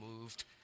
moved